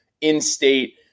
in-state